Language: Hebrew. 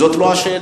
זאת לא השאלה.